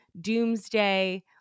doomsday